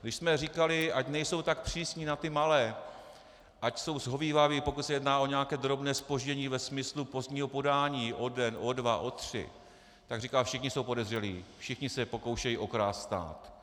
Když jsme říkali, ať nejsou tak přísní na ty malé, ať jsou shovívaví, pokud se jedná o nějaké drobné zpoždění ve smyslu pozdního podání o den, o dva, o tři, tak říkal, všichni jsou podezřelí, všichni se pokoušejí okrást stát.